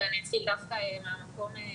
ואתחיל דווקא מדבריו.